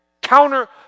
counter